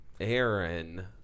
Aaron